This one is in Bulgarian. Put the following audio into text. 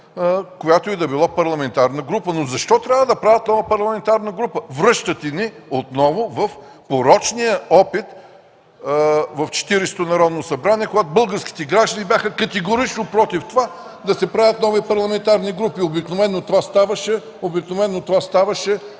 която и да било парламентарна група, но защо трябва да правят нова парламентарна група? Връщате ни отново в порочния опит в Четиридесетото Народно събрание, когато българските граждани бяха категорично против да се правят нови парламентарни групи. Обикновено това ставаше